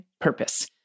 purpose